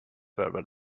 berber